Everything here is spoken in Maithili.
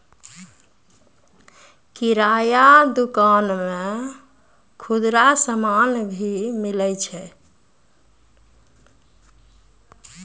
किराना दुकान मे खुदरा समान भी मिलै छै